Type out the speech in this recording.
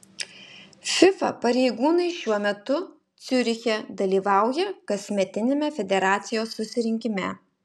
fifa pareigūnai šiuo metu ciuriche dalyvauja kasmetiniame federacijos susirinkime